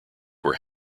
were